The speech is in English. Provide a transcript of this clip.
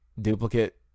duplicate